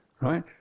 right